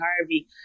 Harvey